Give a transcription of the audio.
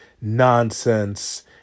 nonsense